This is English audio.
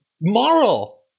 moral